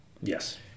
yes